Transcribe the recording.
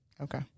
Okay